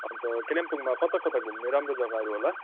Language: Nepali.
अन्त कालिम्पोङमा कता कता घुम्ने राम्रो जग्गाहरू होला